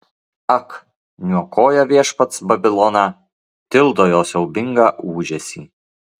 ak niokoja viešpats babiloną tildo jo siaubingą ūžesį